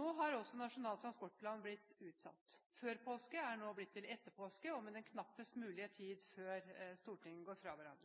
Nå har også Nasjonal transportplan blitt utsatt. Før påske er nå blitt til etter påske, og med knappest mulig tid før